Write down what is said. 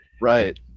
Right